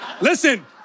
listen